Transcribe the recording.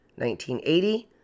1980